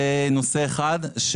זה נושא אחד.